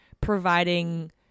providing